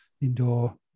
indoor